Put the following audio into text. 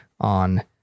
on